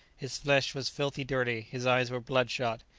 his flesh was filthily dirty, his eyes were bloodshot,